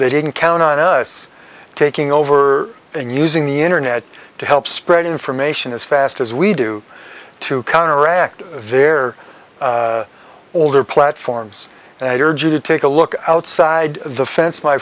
they didn't count on us taking over and using the internet to help spread information as fast as we do to counteract their older platforms and i urge you to take a look outside the fence my